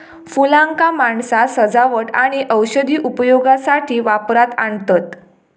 फुलांका माणसा सजावट आणि औषधी उपयोगासाठी वापरात आणतत